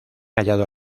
hallado